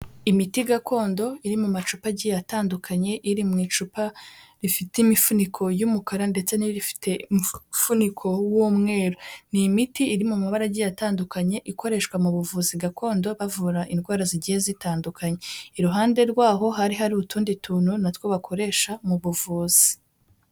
Imiti gakondo iri mu macupa agiye atandukanye, iri mu icupa rifite imifuniko y'umukara ndetse n'irifite umufuniko w'umweru. Ni imiti iri mu mabara agiye atandukanye ikoreshwa mu buvuzi gakondo bavura indwara zigiye zitandukanye. Iruhande rwaho hari hari utundi tuntu natwo bakoresha mu buvuzi.